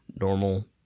normal